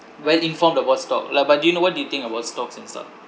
well informed about stock like but do you know what do you think about stocks and stuff